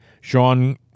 Sean